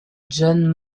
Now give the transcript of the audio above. john